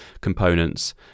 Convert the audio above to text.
components